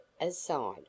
aside